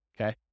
okay